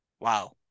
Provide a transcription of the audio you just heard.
wow